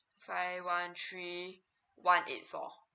five one three one eight four